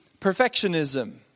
perfectionism